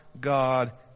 God